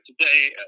today